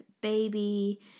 baby